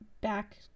back